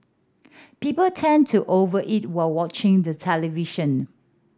people tend to over eat while watching the television